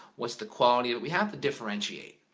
what's the quality, we have to differentiate,